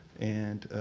and